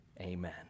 Amen